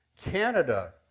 Canada